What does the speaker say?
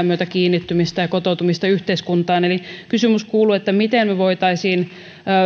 myötä kiinnittymistä ja kotoutumista yhteiskuntaan eli kysymys kuuluu miten me voisimme